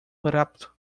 rápido